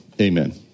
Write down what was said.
amen